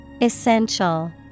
Essential